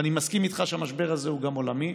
ואני מסכים איתך שהמשבר הזה הוא גם עולמי.